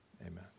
Amen